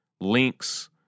links